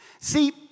See